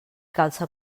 calça